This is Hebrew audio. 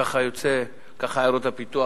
וכך עיירות הפיתוח,